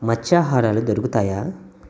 మత్స్యాహారాలు దొరుకుతాయా